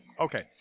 okay